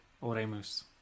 Oremus